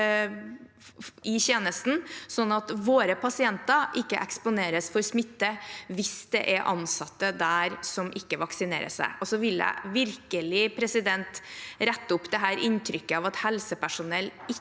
slik at våre pasienter ikke eksponeres for smitte hvis det er ansatte der som ikke vaksinerer seg. Så vil jeg virkelig rette opp dette inntrykket av at helsepersonell